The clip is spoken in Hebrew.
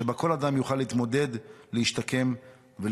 שבה כל אדם יוכל להתמודד, להשתקם ולצמוח.